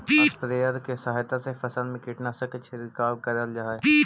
sprayer के सहायता से फसल में कीटनाशक के छिड़काव करल जा हई